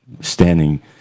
standing